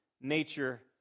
nature